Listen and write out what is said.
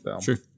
sure